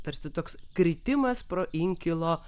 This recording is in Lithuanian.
tarsi toks kritimas pro inkilo